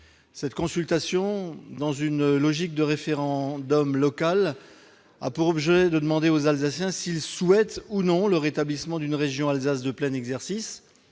d'Alsace, qui, dans une logique de référendum local, a pour objet de demander aux Alsaciens s'ils souhaitent ou non le rétablissement d'une région d'Alsace de plein exercice.